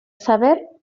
sever